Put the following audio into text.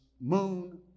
moon